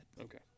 Okay